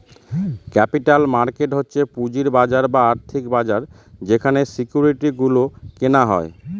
capital market হচ্ছে পুঁজির বাজার বা আর্থিক বাজার যেখানে সিকিউরিটি গুলো কেনা হয়